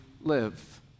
live